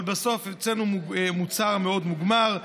אבל בסוף הוצאנו מוצר מוגמר.